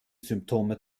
symptome